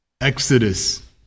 Exodus